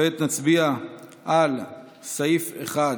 כעת נצביע על סעיף 1,